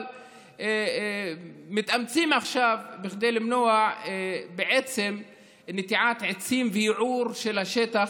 אבל מתאמצים עכשיו בכדי למנוע בעצם נטיעת עצים וייעור של השטח,